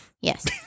Yes